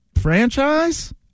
franchise